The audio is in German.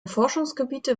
forschungsgebiete